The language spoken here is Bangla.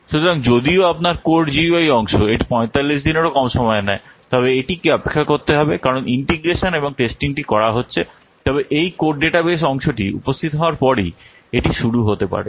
সুতরাং যদিও আপনার কোড জিইউআই অংশ এটি 45 দিনেরও কম সময় নেয় তবে এটিকে অপেক্ষা করতে হবে কারণ ইন্টিগ্রেশন এবং টেস্টিং টি করা হচ্ছে তবে এই কোড ডেটা বেস অংশটি উপস্থিত হওয়ার পরেই এটি শুরু হতে পারে